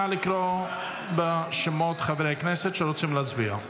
נא לקרוא בשמות חברי הכנסת שרוצים להצביע.